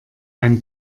ein